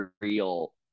real